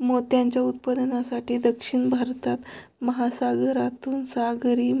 मोत्यांच्या उत्पादनासाठी, दक्षिण भारतात, महासागरातून सागरी